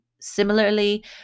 similarly